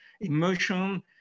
emotion